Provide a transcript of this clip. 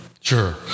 Sure